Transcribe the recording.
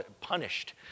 punished